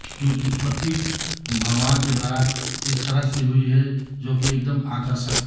की उत्पत्ति भगवान के द्वारा इस तरह से हुई है जो कि एकदम आकषर्क